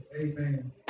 Amen